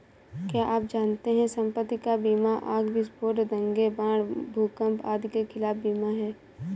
क्या आप जानते है संपत्ति का बीमा आग, विस्फोट, दंगे, बाढ़, भूकंप आदि के खिलाफ बीमा है?